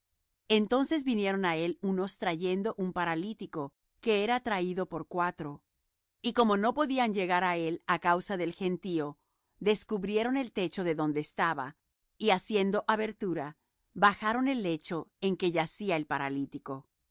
entonces vinieron á él unos trayendo un paralítico que era traído por cuatro y como no podían llegar á él á causa del gentío descubrieron el techo de donde estaba y haciendo abertura bajaron el lecho en que yacía el paralítico y